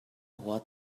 what